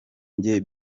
njye